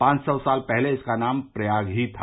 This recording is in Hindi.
पांच सौ साल पहले इसका नाम प्रयाग ही था